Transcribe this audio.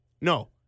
No